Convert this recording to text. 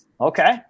Okay